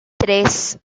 tres